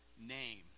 name